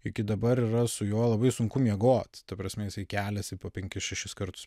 iki dabar yra su juo labai sunku miegot ta prasme jisai keliasi po penkis šešis kartus